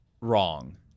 wrong